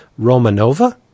Romanova